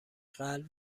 قلب